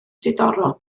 diddorol